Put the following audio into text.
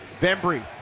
Bembry